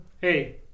Hey